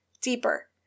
deeper